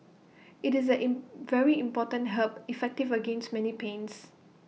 IT is A in very important herb effective against many pains